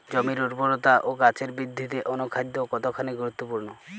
জমির উর্বরতা ও গাছের বৃদ্ধিতে অনুখাদ্য কতখানি গুরুত্বপূর্ণ?